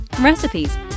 recipes